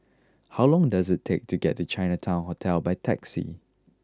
how long does it take to get to Chinatown Hotel by taxi